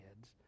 kids